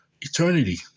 eternity